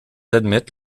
admettent